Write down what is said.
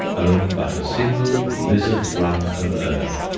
own but a single lizard's run of earth.